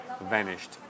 vanished